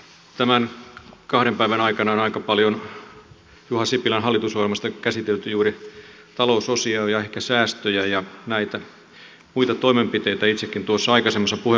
tämän kahden päivän aikana on aika paljon juha sipilän hallitusohjelmasta käsitelty juuri talousosiota ja ehkä säästöjä ja näitä muita toimenpiteitä itsekin tuossa aikaisemmassa puheenvuorossa kävin